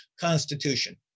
Constitution